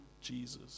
Jesus